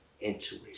intuition